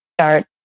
start